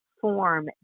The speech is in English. form